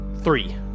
Three